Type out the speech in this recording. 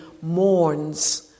mourns